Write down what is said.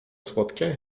słodkie